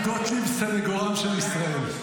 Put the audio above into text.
טלי גוטליב סנגוריתם של ישראל,